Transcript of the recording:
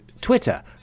Twitter